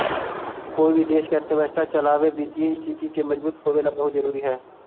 कोई भी देश के अर्थव्यवस्था चलावे वित्तीय स्थिति के मजबूत होवेला बहुत जरूरी हइ